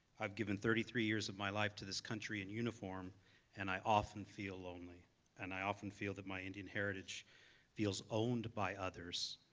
i've given thirty three years of my life to this country in uniform and i often feel lonely and i often feel that my indian heritage feels owned by others.